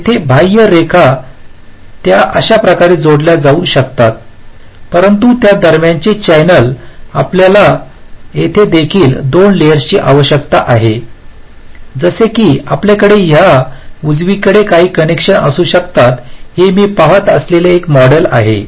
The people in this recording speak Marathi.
येथे बाह्यरेखा त्या अशा प्रकारे जोडल्या जाऊ शकतात परंतु त्या दरम्यानचे चॅनेल आपल्याला येथे देखील दोन लयेर्सची आवश्यकता आहे जसे की आपल्याकडे या उजवीकडे काही कनेक्शन असू शकतात हे मी पहात असलेले एक मॉडेल आहे